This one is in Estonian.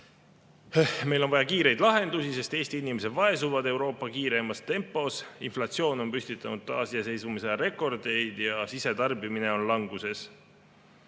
Meil on vaja kiireid lahendusi, sest Eesti inimesed vaesuvad Euroopa kiireimas tempos, inflatsioon on püstitanud taasiseseisvumisaja rekordeid ja sisetarbimine on languses.